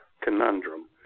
conundrum